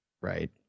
Right